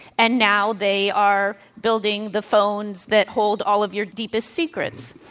and now they are building the phones that hold all of your deepest secrets.